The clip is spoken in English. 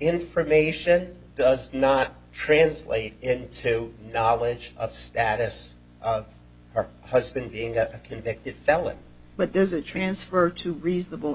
information does not translate into knowledge of status her husband a convicted felon but there's a transfer to reasonable